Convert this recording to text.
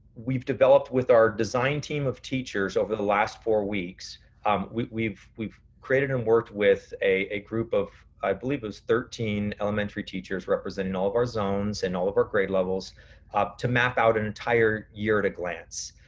we've developed with our design team of teachers over the last four weeks um we've we've created and worked with a group of i believe it was thirteen elementary teachers representing all of our zones and all of our grade levels to map out an entire year at a glance.